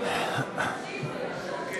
לשנת התקציב 2016,